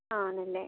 ആണല്ലേ